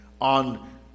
on